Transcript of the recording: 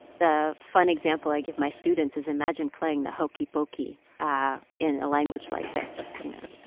the fun example i give my students is imagine playing the hokey pokey in a language like this. you know,